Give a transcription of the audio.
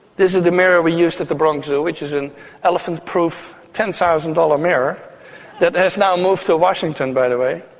this is the mirror we used at the bronx zoo, which is an elephant-proof, ten thousand dollars mirror that has now moved to washington, by the way.